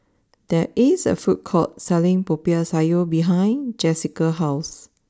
there is a food court selling Popiah Sayur behind Jesica's house